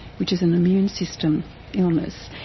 which is an immune system illness.